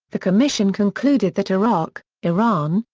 the commission concluded that iraq, iran,